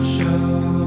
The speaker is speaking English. Show